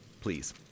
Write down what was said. please